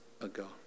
ago